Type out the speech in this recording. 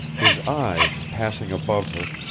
his eyes, passing above her,